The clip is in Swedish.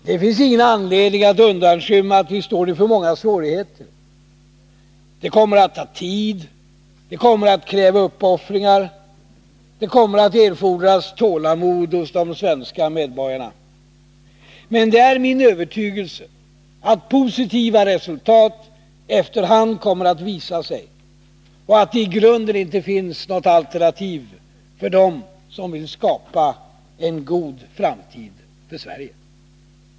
Det finns ingen anledning att undanskymma att vi står inför många svårigheter. Det kommer att ta tid, det kommer att kräva uppoffringar, det kommer att erfordras tålamod hos de svenska medborgarna. Men det är min övertygelse att positiva resultat efter hand kommer att visa sig och att det i grunden inte finns något alternativ för dem som vill skapa en god framtid för Sverige.